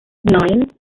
nine